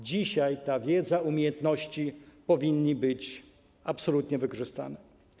Dzisiaj ta wiedza, umiejętności powinny być absolutnie wykorzystane.